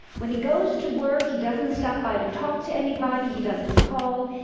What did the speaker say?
when he goes to work, he doesn't stop by to talk to anybody, he doesn't call.